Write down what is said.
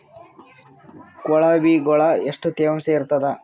ಕೊಳವಿಗೊಳ ಎಷ್ಟು ತೇವಾಂಶ ಇರ್ತಾದ?